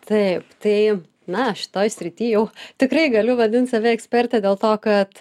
taip tai na šitoj srity jau tikrai galiu vadint save eksperte dėl to kad